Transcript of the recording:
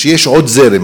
שיש עוד זרם,